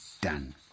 done